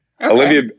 Olivia